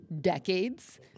decades